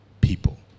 people